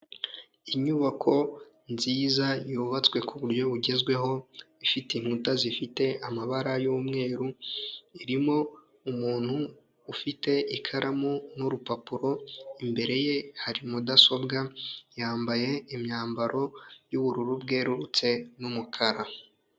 Inyubako nziza yubatswe kuburyo bugezweho, ifite inkuta zifite amabara y'umweru, irimo umuntu ufite ikaramu n'urupapuro, imbere ye hari mudasobwa, yambaye imyambaro y'ubururu bwerurutse n'umukara.